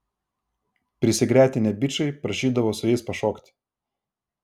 prisigretinę bičai prašydavo su jais pašokti